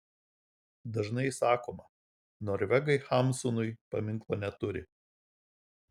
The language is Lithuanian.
dažnai sakoma norvegai hamsunui paminklo neturi